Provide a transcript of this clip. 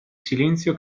silenzio